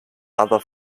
other